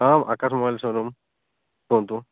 ହଁ Akash mobile showroom କୁହନ୍ତୁ